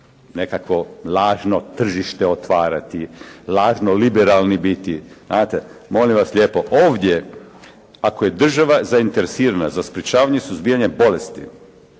nekakvo lažno tržište otvarati, lažno liberalni biti, znate? Molim vas lijepo, ovdje ako je država zainteresirana za sprječavanje suzbijanja bolesti